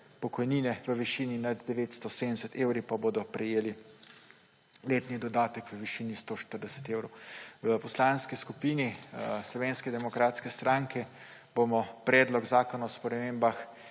pokojnine v višini nad 970 evri pa bodo prejeli letni dodatek v višini 140 evrov. V Poslanski skupini Slovenske demokratske stranke bomo predlog zakona o spremembah